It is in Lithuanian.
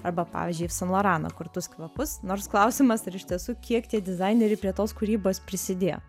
arba pavyzdžiui san lorano kurtus kvapus nors klausimas ar iš tiesų kiek tie dizaineriai prie tos kūrybos prisidėjo